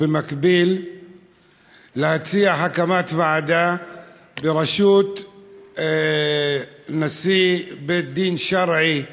ובמקביל להציע הקמת ועדה בראשות נשיא בית-הדין השרעי המוסלמי,